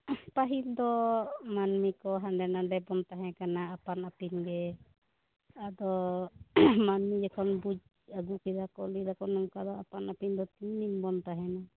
ᱯᱟᱹᱦᱤᱞ ᱫᱚ ᱢᱟᱱᱢᱤ ᱠᱚ ᱦᱟᱸᱰᱮ ᱱᱚᱱᱰᱮ ᱵᱚᱱ ᱛᱟᱦᱮᱸᱠᱟᱱᱟ ᱟᱯᱟᱱ ᱟ ᱯᱤᱱ ᱜᱮ ᱟᱫᱚ ᱢᱟᱹᱱᱢᱤ ᱡᱚᱠᱷᱚᱱ ᱵᱩᱡ ᱟᱹᱜᱩᱠᱮᱭᱟ ᱠᱚ ᱞᱮᱫᱟ ᱠᱚ ᱱᱚᱝᱠᱟ ᱫᱚ ᱟᱯᱟᱱ ᱟᱹᱯᱤᱱ ᱫᱚ ᱛᱤᱱ ᱫᱤᱱ ᱵᱚᱱ ᱛᱟᱦᱮᱱᱟ